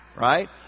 right